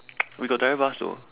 we got direct bus though